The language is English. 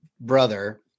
brother